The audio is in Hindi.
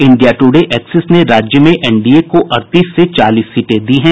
इंडिया ट्रडे एक्सिस ने राज्य में एनडीए को अड़तीस से चालीस सीटें दी है